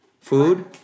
Food